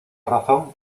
razón